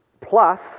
Plus